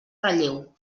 relleu